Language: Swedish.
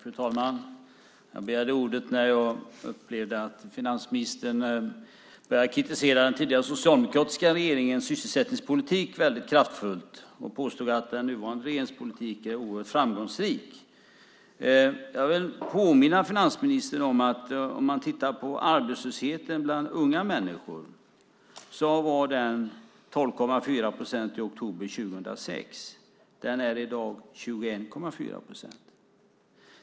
Fru talman! Jag begärde ordet när jag upplevde att finansministern började kritisera den tidigare, socialdemokratiska regeringens sysselsättningspolitik väldigt kraftfullt och påstod att den nuvarande regeringens politik är oerhört framgångsrik. Jag vill påminna finansministern om att arbetslösheten bland unga människor var 12,4 procent i oktober 2006. I dag är den 21,4 procent.